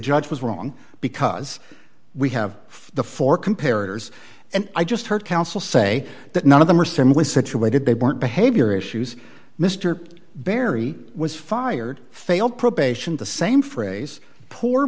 judge was wrong because we have the four compared and i just heard counsel say that none of them are similar situated they weren't behavior issues mr barry was fired failed probation the same phrase poor